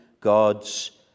god's